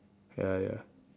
ya ya